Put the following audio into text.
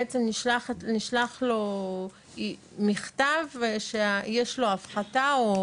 בעצם נשלח לו מכתב שיש לו הפחתה או